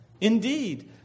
Indeed